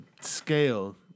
scale